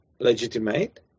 legitimate